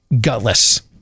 gutless